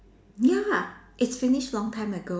ya it's finished long time ago